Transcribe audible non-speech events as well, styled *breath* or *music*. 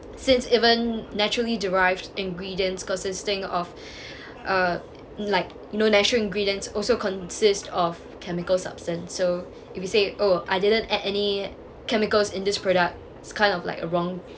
since even naturally derived ingredients consisting of *breath* uh like you know natural ingredients also consist of chemicals substance so if you say oh I didn't add any chemicals in this product it's kind of like a wrong